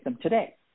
today